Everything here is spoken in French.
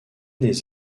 des